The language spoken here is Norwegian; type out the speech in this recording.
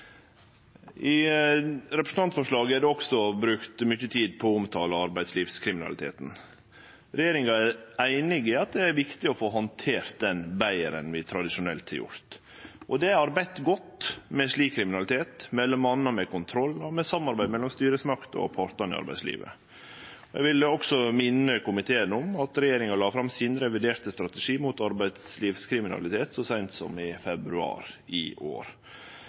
I representantforslaget er det også brukt mykje tid på å omtale arbeidslivskriminaliteten. Regjeringa er einig i at det er viktig å få handtert han betre enn vi tradisjonelt har gjort. Ein har arbeidd godt med slik kriminalitet, m.a. med kontroll og med samarbeid mellom styresmaktene og partane i arbeidslivet. Eg vil også minne komiteen om at regjeringa la fram sin reviderte strategi mot arbeidslivskriminalitet så seint som i februar i år.